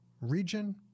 region